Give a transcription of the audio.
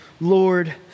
Lord